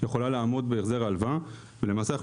יכולה לעמוד בהחזר ההלוואה ולמעשה אנחנו